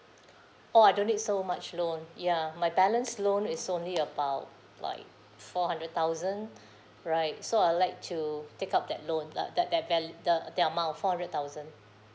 oh I don't need so much loan ya my balance loan is only about like four hundred thousand right so I'd like to take up that loan uh that that val~ the the amount of four hundred thousand